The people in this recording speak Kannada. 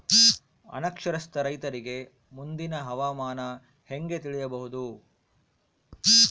ಅನಕ್ಷರಸ್ಥ ರೈತರಿಗೆ ಮುಂದಿನ ಹವಾಮಾನ ಹೆಂಗೆ ತಿಳಿಯಬಹುದು?